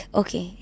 okay